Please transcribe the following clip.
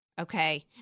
okay